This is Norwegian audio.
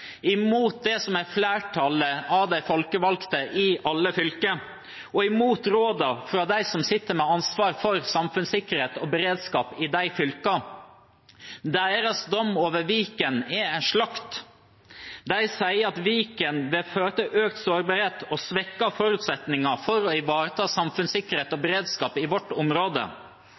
imot det som er flertallet av de folkevalgte i alle fylker, og imot rådene fra dem som sitter med ansvaret for samfunnssikkerhet og beredskap i de fylkene. Deres dom over Viken er slakt. De sier at det med Viken vil være økt sårbarhet og svekkede forutsetninger for å ivareta samfunnssikkerhet og beredskap i vårt område.